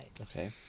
Okay